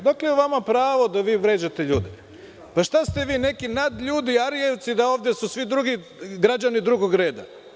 Odakle vama pravo da vi vređate ljude, šta ste vi neki nadljudi, Arijevci, da su ovde svi drugi građani drugog reda?